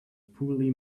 poorly